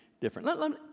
different